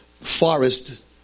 forest